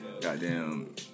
Goddamn